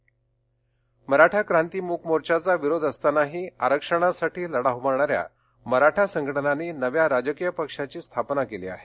मराठा राजकीय पक्ष मराठा क्रांती मूक मोर्चाचा विरोध असतानाही आरक्षणासाठी लढा उभारणाऱ्या मराठा संघटनांनी नव्या राजकीय पक्षाची स्थापना केली आहे